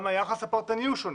גם היחס הפרטני הוא שונה.